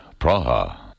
Praha